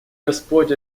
господь